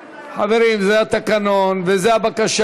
חברים, זה התקנון וזאת הבקשה.